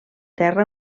terra